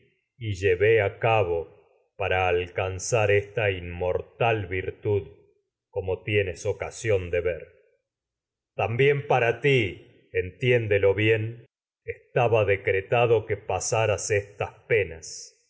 y llevé a cabo alcanzar ver virtud como tienes ocasión de también que ti entiéndelo bien estaba decretado pasaras estas penas